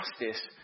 justice